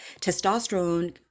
testosterone